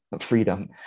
freedom